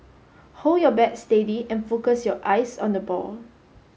hold your bat steady and focus your eyes on the ball